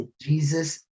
Jesus